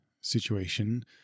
situation